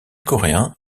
coréen